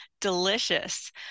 delicious